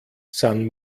san